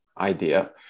idea